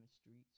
streets